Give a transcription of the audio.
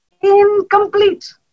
incomplete